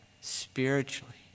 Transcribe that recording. spiritually